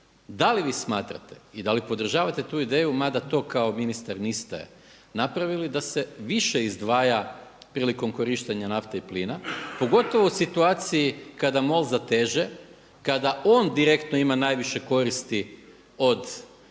Da li vi smatrate i da li podržavate tu ideju, mada to kao ministar niste napravili, da se više izdvaja prilikom korištenja nafte i plina, pogotovo u situaciji kada MOL zateže, kada on direktno ima najviše koristi od naših